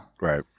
Right